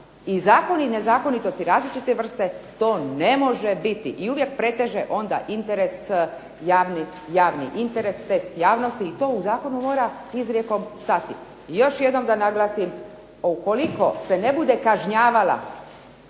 i zakoni i nezakonitosti različite vrste, to ne može biti i uvijek preteže onda interes, javni interes, test javnosti i to u zakonu mora izrijekom stati. Još jednom da naglasim ukoliko se ne bude kažnjavala